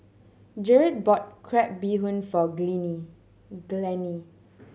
Jered bought crab bee hoon for Glennie